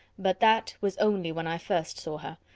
but that was only when i first saw her,